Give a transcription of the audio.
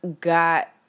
got